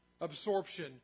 absorption